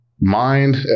mind